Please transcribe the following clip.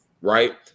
right